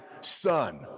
son